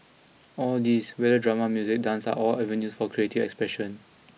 all these whether drama music dance are all avenues for creative expression